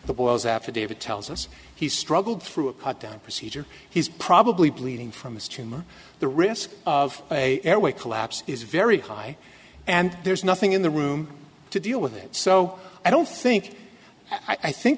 the boy is affidavit tells us he struggled through a cut down procedure he's probably bleeding from his tumor the risk of a airway collapse is very high and there's nothing in the room to deal with it so i don't think i think